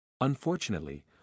Unfortunately